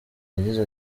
yagize